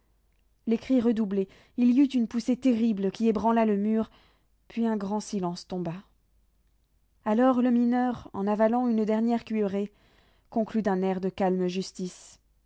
les cris redoublaient il y eut une poussée terrible qui ébranla le mur puis un grand silence tomba alors le mineur en avalant une dernière cuillerée conclut d'un air de calme justice